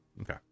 Okay